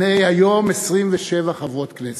והנה, היום 27 חברות כנסת.